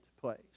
place